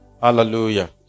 Hallelujah